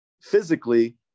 physically